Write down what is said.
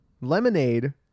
Lemonade